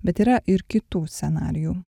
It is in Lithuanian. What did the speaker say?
bet yra ir kitų scenarijų